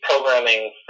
Programming